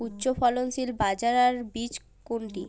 উচ্চফলনশীল বাজরার বীজ কোনটি?